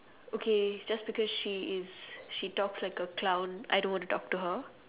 okay just because she is she talks like a clown I don't want to talk to her